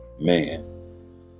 man